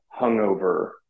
hungover